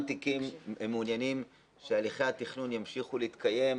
תיקים מעוניינים שהליכי התכנון ימשיכו להתקיים,